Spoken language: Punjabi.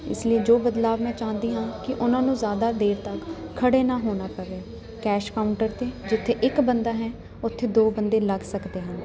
ਇਸ ਲਈ ਜੋ ਬਦਲਾਵ ਮੈਂ ਚਾਹੁੰਦੀ ਹਾਂ ਕਿ ਉਹਨਾਂ ਨੂੰ ਜ਼ਿਆਦਾ ਦੇਰ ਤੱਕ ਖੜੇ ਨਾ ਹੋਣਾ ਪਵੇ ਕੈਸ਼ ਕਾਊਂਟਰ 'ਤੇ ਜਿੱਥੇ ਇੱਕ ਬੰਦਾ ਹੈ ਉੱਥੇ ਦੋ ਬੰਦੇ ਲੱਗ ਸਕਦੇ ਹਨ